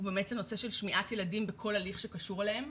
הוא באמת הנושא של שמיעת ילדים בכל הליך שקשור אליהם,